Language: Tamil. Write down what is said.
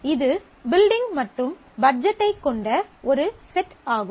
இது பில்டிங் மற்றும் பட்ஜெட் ஐக் கொண்ட ஒரு செட் ஆகும்